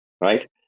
right